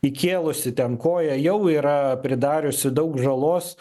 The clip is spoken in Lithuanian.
įkėlusi ten koją jau yra pridariusi daug žalos